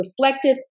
reflective